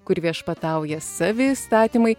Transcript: kur viešpatauja savi įstatymai